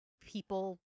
people